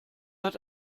hat